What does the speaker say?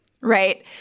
Right